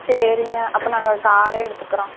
சரிங்க அப்போ நாங்கள் காரே எடுத்துக்கிறோம்